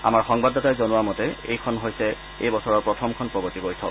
আমাৰ সংবাদদাতাই জনোৱা মতে এইখনে হৈছে এই বছৰৰ প্ৰথমখন প্ৰগতি বৈঠক